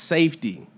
Safety